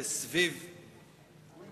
בבית